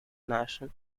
national